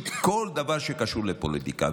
מכל דבר שקשור לפוליטיקה.